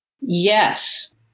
Yes